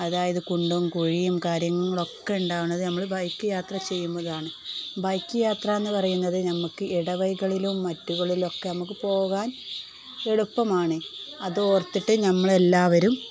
അതായത് കുണ്ടും കുഴിയും കാര്യങ്ങളുമൊക്കെ ഉണ്ടാകുന്നത് നമ്മള് ബൈക്ക് യാത്ര ചെയ്യുമ്പോഴാണ് ബൈക്ക് യാത്രയെന്ന് പറയുന്നത് നമുക്ക് ഇടവഴികളിലും മറ്റു വഴികളിലുമൊക്കെ നമുക്ക് പോകാനെളുപ്പമാണ് അത് ഓർത്തിട്ട് നമ്മളെല്ലാവരും